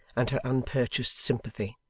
and her unpurchased sympathy.